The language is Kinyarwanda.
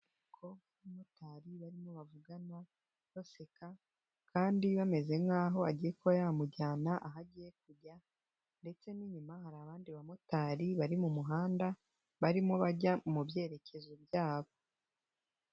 Umukobwa n'umumotari barimo bavugana, baseka kandi bameze nk'aho agiye kuba yamujyana aho agiye kujya ndetse n'inyuma hari abandi bamotari bari mu muhanda, barimo bajya mu byerekezo byabo.